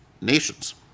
nations